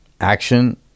action